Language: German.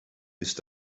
ist